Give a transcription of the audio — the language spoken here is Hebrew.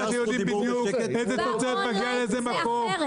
ואתם יודעים בדיוק איזה תוצרת מגיעה מאיזה מקום,